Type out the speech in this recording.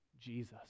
Jesus